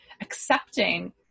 accepting